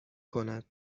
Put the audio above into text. کند